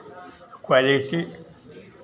quality